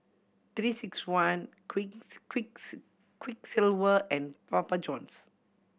Three Six One Quick Quick Quiksilver and Papa Johns